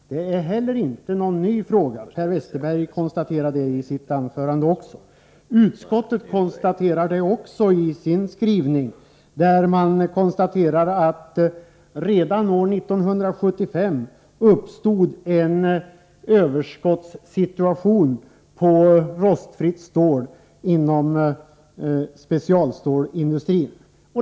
Den är inte någon ny fråga, som Per Westerberg konstaterade i sitt anförande. Även utskottet konstaterar detta och framhåller i sin skrivning att det redan år 1975 uppstod en överskottssituation i fråga om rostfritt stål inom specialstålsindustrin.